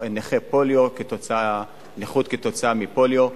נכות כתוצאה מפוליו.